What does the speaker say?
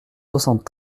soixante